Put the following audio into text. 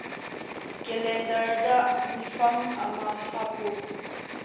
ꯀꯦꯂꯦꯟꯗꯔꯗ ꯃꯤꯐꯝ ꯑꯃ ꯍꯥꯞꯄꯨ